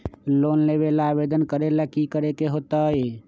Loan लेबे ला आवेदन करे ला कि करे के होतइ?